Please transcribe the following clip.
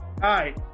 Hi